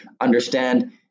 understand